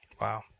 wow